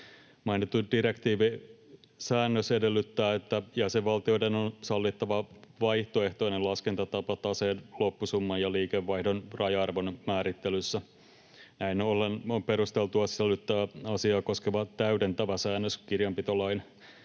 Mainittu direktiivin säännös edellyttää, että jäsenvaltioiden on sallittava vaihtoehtoinen laskentatapa taseen loppusumman ja liikevaihdon raja-arvon määrittelyssä. Näin ollen on perusteltua sisällyttää asiaa koskeva täydentävä säännös kirjanpitolain